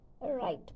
right